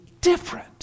different